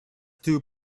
two